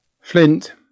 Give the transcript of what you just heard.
Flint